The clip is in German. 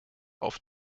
auf